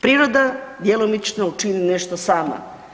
Priroda djelomično učini nešto sama.